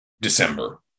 December